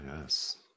yes